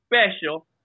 Special